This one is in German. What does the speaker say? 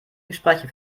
gespräche